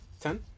Ten